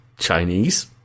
Chinese